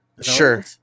Sure